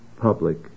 public